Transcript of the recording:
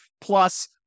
Plus